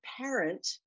parent